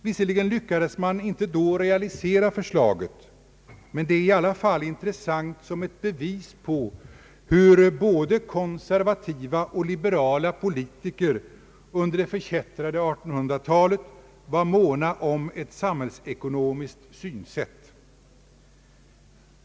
Visserligen lyckades man inte då realisera förslaget, men det är i alla fall intressant som ett bevis på hur både konservativa och liberala politiker under det förkättrade 1800-talet var måna om ett samhällsekonomiskt synsätt.